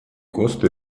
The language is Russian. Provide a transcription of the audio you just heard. коста